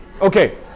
Okay